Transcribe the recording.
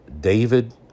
David